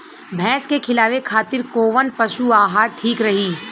भैंस के खिलावे खातिर कोवन पशु आहार ठीक रही?